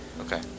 Okay